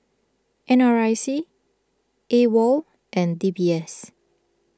N R I C Awol and D B S